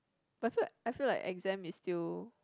but I feel I feel like exam is still